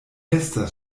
estas